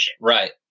right